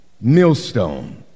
millstone